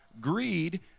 Greed